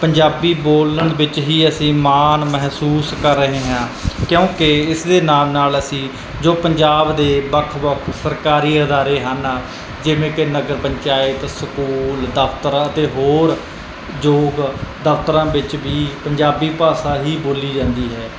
ਪੰਜਾਬੀ ਬੋਲਣ ਵਿੱਚ ਹੀ ਅਸੀਂ ਮਾਣ ਮਹਿਸੂਸ ਕਰ ਰਹੇ ਹਾਂ ਕਿਉਂਕਿ ਇਸ ਦੇ ਨਾਲ ਨਾਲ ਅਸੀਂ ਜੋ ਪੰਜਾਬ ਦੇ ਵੱਖ ਵੱਖ ਸਰਕਾਰੀ ਅਦਾਰੇ ਹਨ ਜਿਵੇਂ ਕਿ ਨਗਰ ਪੰਚਾਇਤ ਸਕੂਲ ਦਫਤਰ ਅਤੇ ਹੋਰ ਯੋਗ ਦਫਤਰਾਂ ਵਿੱਚ ਵੀ ਪੰਜਾਬੀ ਭਾਸ਼ਾ ਹੀ ਬੋਲੀ ਜਾਂਦੀ ਹੈ